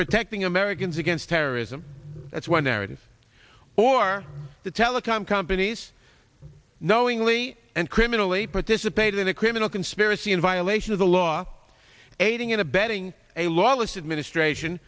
protecting americans against terrorism that's one narrative or the telecom companies knowingly and criminally participated in a criminal conspiracy in violation of the law aiding and abetting a lawless administration